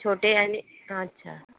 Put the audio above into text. छोटे आणि अच्छा